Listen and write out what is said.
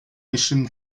mission